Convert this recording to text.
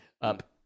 up